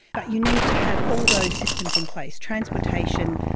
but you need to have all those systems in place transportation,